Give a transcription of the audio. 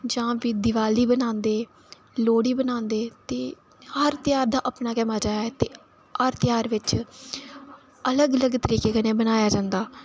जां प्ही दिवाली बनांदे लोह्ड़ी बनांदे ते हर ध्यार दा अपना गै मज़ा ऐ ते हर ध्यार बिच अलग अलग तरीके कन्नै बनाया जंदा